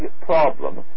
problem